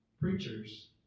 preachers